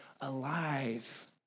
alive